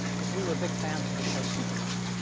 because we were big fans of the show superman,